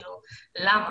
למה.